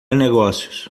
negócios